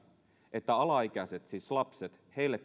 että alaikäisille siis lapsille